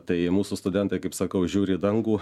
tai mūsų studentai kaip sakau žiūri į dangų